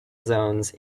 zones